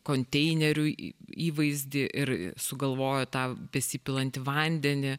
konteineriui įvaizdį ir sugalvojo tą besipilantį vandenį